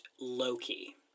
Loki